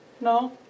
No